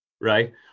Right